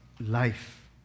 life